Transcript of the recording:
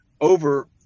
over